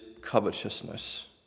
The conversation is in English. covetousness